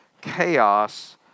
chaos